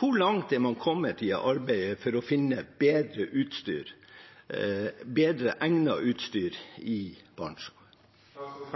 hvor langt er man kommet i arbeidet for å finne bedre egnet utstyr i Barentshavet? Når